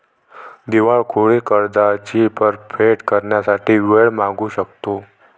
दिवाळखोरीत कर्जाची परतफेड करण्यासाठी वेळ मागू शकतो